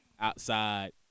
outside